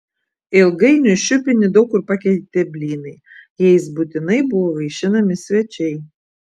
ilgainiui šiupinį daug kur pakeitė blynai jais būtinai buvo vaišinami svečiai